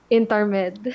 intermed